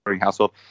Household